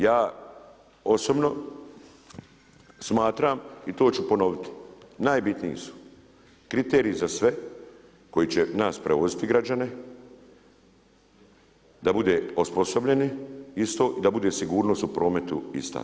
Ja osobno smatram i to ću ponoviti, najbitniji su kriteriji za sve koji će nas prevoziti građane, da bude osposobljeni isto i da bude sigurnost u prometu ista.